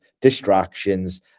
distractions